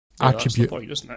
attribute